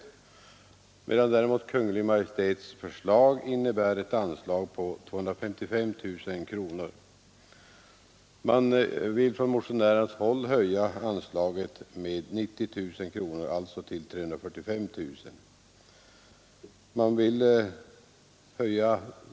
Motionärerna vill höja det av Kungl. Maj:t föreslagna anslaget på 255 000 kronor till 345 000 kronor, alltså en höjning med 90 000 kronor.